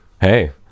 Hey